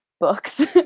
books